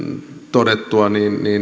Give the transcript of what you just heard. todettua